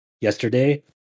yesterday